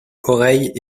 oreilles